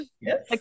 Yes